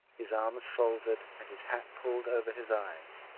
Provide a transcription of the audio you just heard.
his arms folded, and his hat pulled over his eyes.